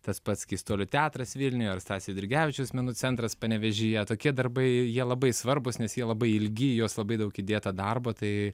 tas pats keistuolių teatras vilniuje ar stasio eidrigevičiaus menų centras panevėžyje tokie darbai jie labai svarbūs nes jie labai ilgi į juos labai daug įdėta darbo tai